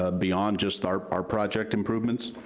ah beyond just our our project improvements.